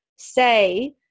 say